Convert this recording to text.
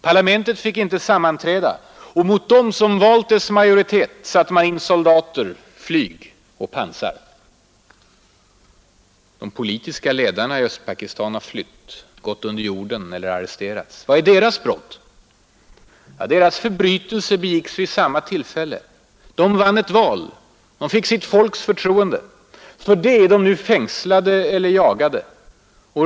Parlamentet fick inte sammanträda — mot dem som valt dess majoritet satte man in soldater, flyg och pansar. De politiska ledarna i Östpakistan har flytt, gått under jorden eller arresterats, Vad är deras brott? Deras förbrytelse begicks vid samma tillfälle. De vann ett val, fick sitt folks förtroende. För det är de nu fängslade eller jagade.